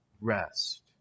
rest